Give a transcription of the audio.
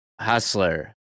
Hustler